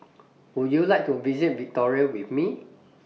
Would YOU like to visit Victoria with Me